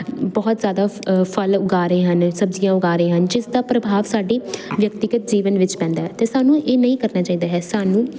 ਬਹੁਤ ਜਿਆਦਾ ਫਲ ਉਗਾ ਰਹੇ ਹਨ ਸਬਜ਼ੀਆਂ ਉਗਾ ਰਹੇ ਹਨ ਜਿਸ ਦਾ ਪ੍ਰਭਾਵ ਸਾਡੇ ਵਿਅਕਤੀਗਤ ਜੀਵਨ ਵਿੱਚ ਪੈਂਦਾ ਤੇ ਸਾਨੂੰ ਇਹ ਨਹੀਂ ਕਰਨਾ ਚਾਹੀਦਾ ਹੈ ਸਾਨੂੰ